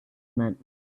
meant